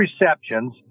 receptions